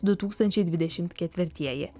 du tūkstančiai dvidešimt ketvirtieji